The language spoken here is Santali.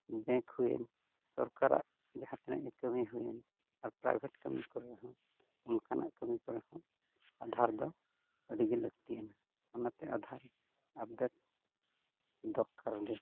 ᱵᱮᱝᱠ ᱦᱩᱭᱮᱱ ᱥᱚᱨᱠᱟᱨᱟᱜ ᱡᱟᱦᱟᱸ ᱛᱤᱱᱟᱹᱜ ᱜᱮ ᱠᱟᱹᱢᱤ ᱦᱩᱭᱮᱱ ᱟᱨ ᱯᱨᱟᱭᱵᱷᱮᱴ ᱠᱟᱹᱢᱤ ᱠᱚᱨᱮ ᱦᱚᱸ ᱚᱱᱠᱟᱱᱟᱜ ᱠᱟᱹᱢᱤ ᱠᱚᱨᱮ ᱦᱚᱸ ᱟᱫᱷᱟᱨ ᱫᱚ ᱟᱹᱰᱤ ᱜᱮ ᱞᱟᱹᱠᱛᱤ ᱟᱱᱟ ᱚᱱᱟᱛᱮ ᱟᱫᱷᱟᱨ ᱟᱯᱰᱮᱴ ᱫᱚᱨᱠᱟᱨ ᱜᱮ